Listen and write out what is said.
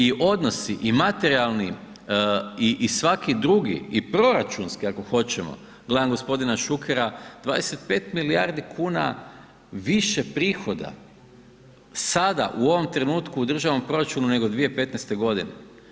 I odnosi i materijalni i svaki drugi i proračunski ako hoćemo, gledam gospodina Šukera, 25 milijardi kuna više prihoda sada u ovom trenutku u državnom proračunu nego 2015. godine.